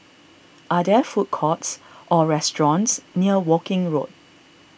are there food courts or restaurants near Woking Road